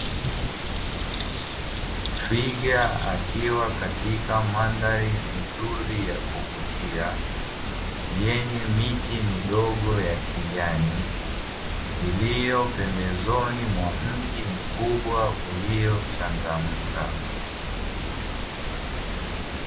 Twiga akiwa katika mandhari nzuri ya kuvutia yenye miti midogo ya kijani, iliyo pembezoni mwa mji mkubwa uliochangamka.